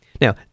Now